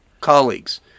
colleagues